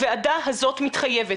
הוועדה הזאת מתחייבת,